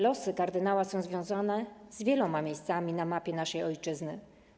Losy kardynała są związane z wieloma miejscami na mapie naszej ojczyzny.